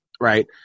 right